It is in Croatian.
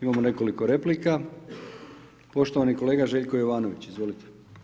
Imamo nekoliko replika, poštovani kolega Željko Jovanović, izvolite.